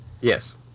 yes